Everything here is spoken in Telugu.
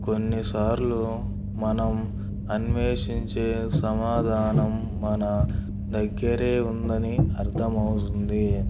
కొన్నిసార్లు మనం అన్వేషించే సమాధానం మన దగ్గరే ఉందని అర్థమవుతుంది